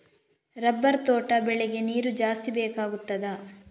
Rubber ತೋಟ ಬೆಳೆಗೆ ನೀರು ಜಾಸ್ತಿ ಬೇಕಾಗುತ್ತದಾ?